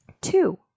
Two